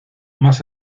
más